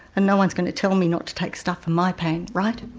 and no-one's going to tell me not to take stuff for my pain, right?